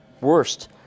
worst